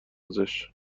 ازش